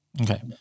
Okay